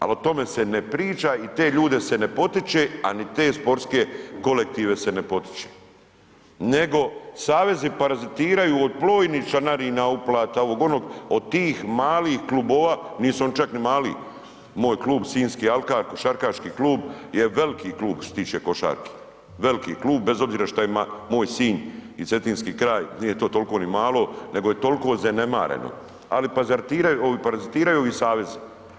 Al o tome se ne priča i te ljude se ne potiče, a ni te sportske kolektive se ne potiče nego savezi parazitiraju od brojnih članarina, uplata, ovog, onog, od tih malih klubova, nisu oni čak ni mali, moj klub sinjski Alkar, košarkaški klub je veliki klub što se tiče košarke, veliki klub bez obzira šta ima moj Sinj i Cetinski kraj, nije to tolko ni malo nego je tolko zanemareno, ali parazitiraju ovi savezi.